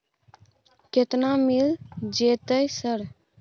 केतना मिल जेतै सर?